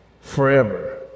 forever